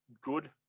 good